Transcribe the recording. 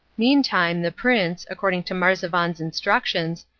meantime the prince, according to marzavan's instructions,